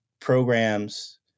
programs